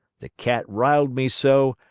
the cat riled me so,